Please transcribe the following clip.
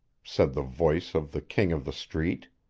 said the voice of the king of the street